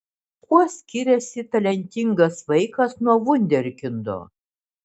kuo skiriasi talentingas vaikas nuo vunderkindo